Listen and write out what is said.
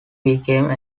became